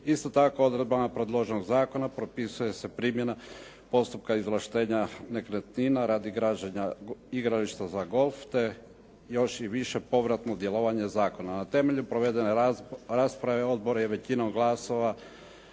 Isto tako odredbama predloženog zakona propisuje se primjena postupka izvlaštenja nekretnina, radi građenja igrališta za golf, te još i više povratno djelovanje zakona. Na temelju provedene rasprave odbor je većinom glasova